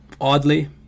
oddly